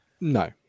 No